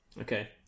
Okay